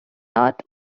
not